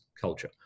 culture